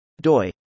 doi